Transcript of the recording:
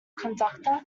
conductor